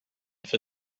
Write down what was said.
for